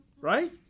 right